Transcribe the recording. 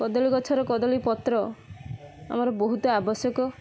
କଦଳୀ ଗଛର କଦଳୀ ପତ୍ର ଆମର ବହୁତ ଆବଶ୍ୟକ